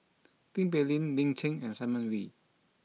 Tin Pei Ling Lin Chen and Simon Wee